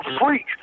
freak